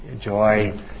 Joy